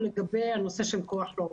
לגבי כוח לעובדים.